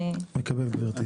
מקבל גברתי.